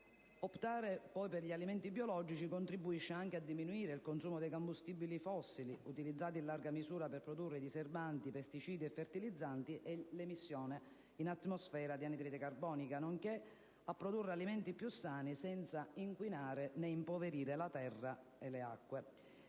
Optare poi per alimenti biologici contribuisce a diminuire il consumo di combustibili fossili (utilizzati in larga misura per produrre diserbanti, pesticidi e fertilizzanti) e di emissioni in atmosfera di anidride carbonica, nonché a produrre alimenti più sani senza inquinare né impoverire la terra e le acque.